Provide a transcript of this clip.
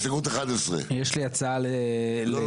הסתייגות 11. יש לי הצעה לסדר הדיון.